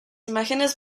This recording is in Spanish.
imágenes